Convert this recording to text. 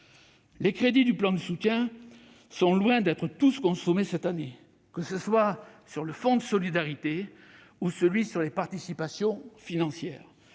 Les crédits du plan de soutien sont loin d'être tous consommés cette année, qu'il s'agisse du fonds de solidarité ou des participations financières.